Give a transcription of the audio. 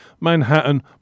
Manhattan